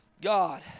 God